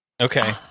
Okay